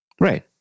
Right